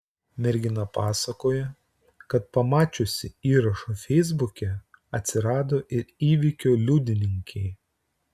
mergina pasakoja kad pamačiusi įrašą feisbuke atsirado ir įvykio liudininkė